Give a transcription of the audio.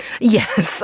Yes